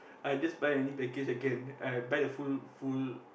I just buy any package I can I I buy the full full